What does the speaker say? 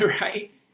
right